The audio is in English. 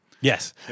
Yes